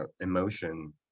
emotion